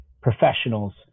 professionals